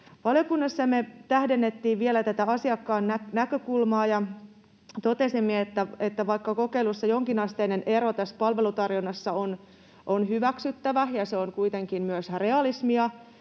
Valiokunnassa me tähdensimme vielä tätä asiakkaan näkökulmaa ja totesimme, että vaikka kokeilussa jonkinasteiset erot tässä palvelutarjonnassa on hyväksyttävä ja ne ovat kuitenkin myös realismia,